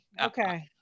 Okay